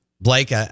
Blake